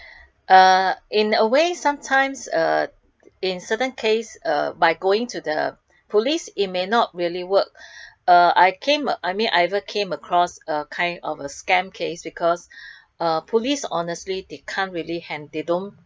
uh in a way sometimes uh in certain case uh by going to the police it may not really work uh I came uh I mean I ever came across a kind of a scam case because uh police honestly they can't really hand~ they don't